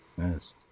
Yes